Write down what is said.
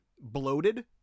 bloated